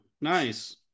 nice